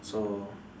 so